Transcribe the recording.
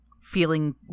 feeling